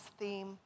theme